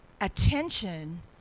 attention